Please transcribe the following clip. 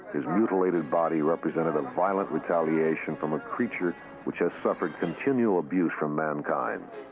his mutilated body represented a violent retaliation from a creature which has suffered continual abuse from mankind.